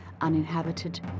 uninhabited